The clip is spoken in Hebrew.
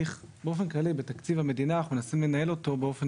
באופן כללי אנחנו מנסים לנהל את תקציב המדינה באופן